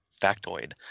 factoid